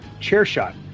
CHAIRSHOT